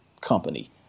company